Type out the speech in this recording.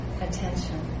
attention